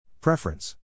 Preference